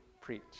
preach